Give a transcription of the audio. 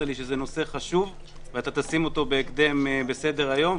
לי שזה נושא חשוב ואתה תשים אותו בהקדם על סדר היום,